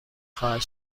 خواهد